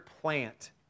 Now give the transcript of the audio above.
plant